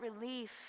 relief